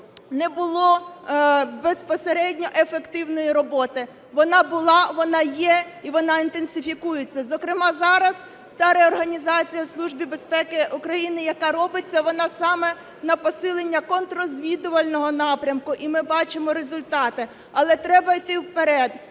не було безпосередньо ефективної роботи, вона була, вона є і вона інтенсифікується. Зокрема, зараз та реорганізація в Службі безпеки України, яка робиться, вона саме на посилення контррозвідувального напрямку, і ми бачимо результати. Але треба йти вперед.